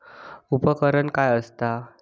उपकरण काय असता?